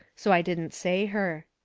so i didn't say her.